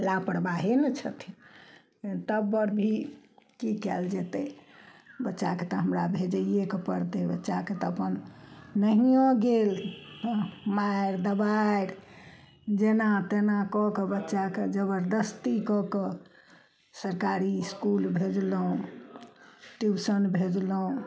लापरबाहे ने छथिन तब पर भी की कयल जेतै बच्चाके तऽ हमरा भेजेएके परते बच्चाके तऽ अपन नहियो गेल मारि दबारि जेना तेना कऽ कऽ बच्चा के जबरदस्ती कऽ कऽ सरकारी इसकूल भेजलहुॅं ट्यूशन भेजलहुॅं